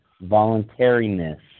voluntariness